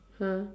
!huh!